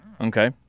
Okay